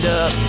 up